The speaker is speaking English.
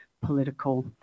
political